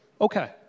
Okay